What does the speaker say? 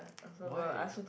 why